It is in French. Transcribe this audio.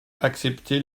acceptez